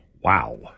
Wow